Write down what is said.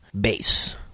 base